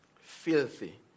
filthy